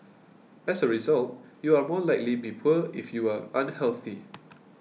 as a result you are more likely be poor if you are unhealthy